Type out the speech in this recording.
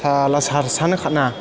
साला चार्ज आनो खाना